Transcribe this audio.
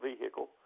vehicle